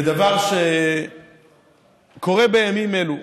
לדבר שקורה בימים אלו.